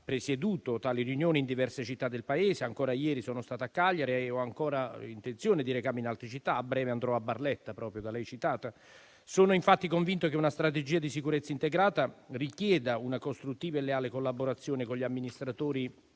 presieduto tali riunioni in diverse città del Paese. Ancora ieri sono stato a Cagliari e ho ancora intenzione di recarmi in altre città. A breve andrò proprio a Barletta, città da lei citata, senatore. Sono infatti convinto che una strategia di sicurezza integrata richieda una costruttiva e leale collaborazione con gli amministratori